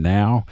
now